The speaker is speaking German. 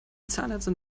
zahnärztin